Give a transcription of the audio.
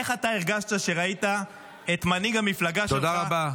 איך אתה הרגשת כשראית את מנהיג המפלגה שלך -- תודה רבה.